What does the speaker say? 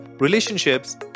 relationships